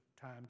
time